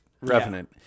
Revenant